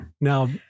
Now